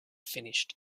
finished